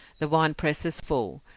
the winepress is full,